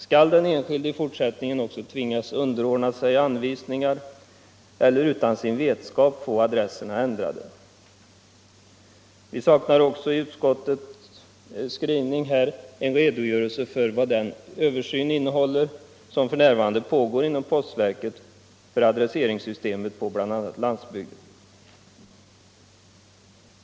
Skall de enskilda i fortsättningen också tvingas underordna sig anvisningar eller utan sin vetskap få adresserna ändrade? Vi saknar också i utskottets skrivning en redogörelse för vad den översyn innehåller som f. n. pågår inom postverket för adresseringssystemet på bl.a. landsbygden.